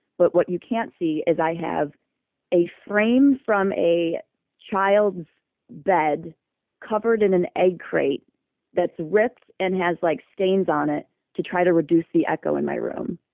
but what you can't see is i have a frame from a child's bed covered in an egg crate that's ripped and has like stains on it to try to reduce the echo in my room.